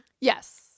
Yes